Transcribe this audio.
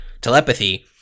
telepathy